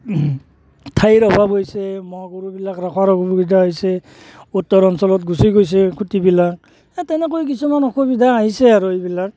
ঠাইৰ অভাৱ হৈছে ম'হ গৰুবিলাক ৰখাৰ অসুবিধা হৈছে উত্তৰ অঞ্চলত গুচি গৈছে খুঁটিবিলাক এই তেনেকৈ কিছুমান অসুবিধা আহিছে আৰু এইবিলাক